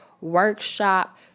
workshop